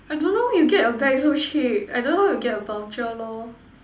I don't know where you get your bag so cheap I don't know how you get your voucher lor